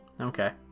Okay